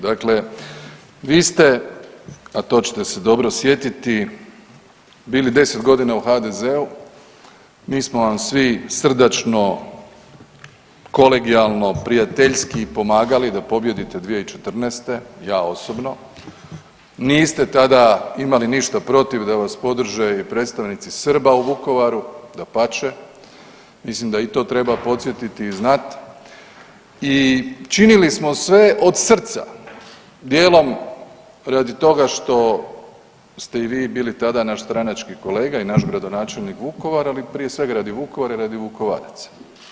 Dakle, vi ste a to ćete se dobro sjetiti bili 10 godina u HDZ-u, mi smo vam svi srdačno, kolegijalno, prijateljski pomagali da pobijedite 2014., ja osobno, niste tada imali ništa protiv da vas podrže i predstavnici Srba u Vukovaru, dapače, mislim da i to treba podsjetiti i znati i činili smo sve od srca, dijelom radi toga što ste i vi bili tada naš stranački i naš gradonačelnik Vukovara, ali prije svega radi Vukovara i radi Vukovaraca.